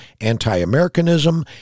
anti-Americanism